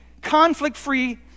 conflict-free